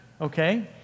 okay